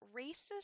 racist